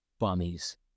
bummies